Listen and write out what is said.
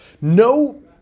No